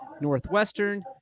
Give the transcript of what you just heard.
Northwestern